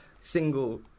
single